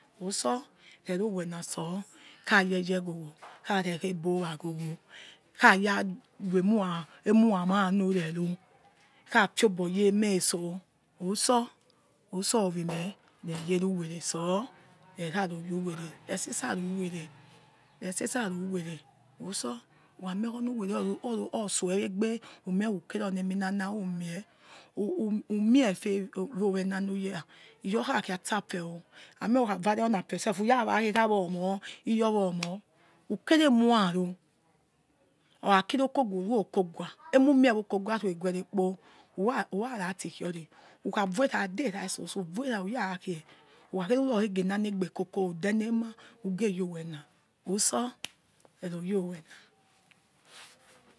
Utsor rero owena sor khayeyo ohogho kha rekha ebo wa ghogho khaya ruo emura ma nureru kha fiobo ye emeso utso, utso ovimmeh neyere uwere otsor nera ror yi uwere resesaro you were utso who kha mie onu were otso ewi egbe who mikhi ukere oni eminana numie who mie efe woho owena nuyera iyorkhakia so afa o amie khukha khia si afe umie khi erawa omoi iyowa omor who ro okaguwa emumie okogua kpo ura rati kie ori who kha voirah adera soso vor era who ra khie whokha khe gera ruronanegekoko who dene ma uge yor wena otsor reno yor owena.